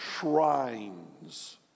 shrines